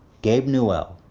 gabe newell,